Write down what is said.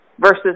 versus